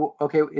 okay